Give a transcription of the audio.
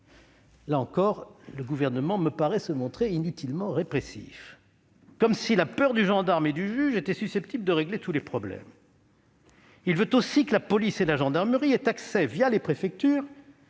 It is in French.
Là encore, le Gouvernement me semble inutilement répressif, comme si la peur du gendarme et du juge était susceptible de régler tous les problèmes. Il veut aussi que la police et la gendarmerie aient accès, les préfectures,